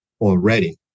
already